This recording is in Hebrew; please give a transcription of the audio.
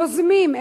יוזמים,